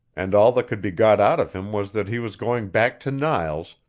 and all that could be got out of him was that he was going back to niles,